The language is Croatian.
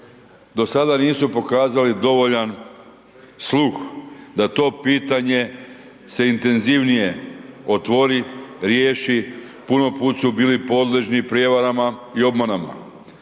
do sada nisu pokazali dovoljan sluh, da to pitanje se intenzivnije otvori, riješi, puno put su bili podležni prijevarama i obmanama,